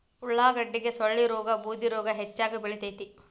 ಉಳಾಗಡ್ಡಿಗೆ ಸೊಳ್ಳಿರೋಗಾ ಬೂದಿರೋಗಾ ಹೆಚ್ಚಾಗಿ ಬಿಳತೈತಿ